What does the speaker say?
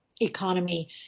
economy